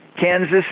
Kansas